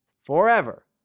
forever